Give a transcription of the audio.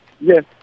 Yes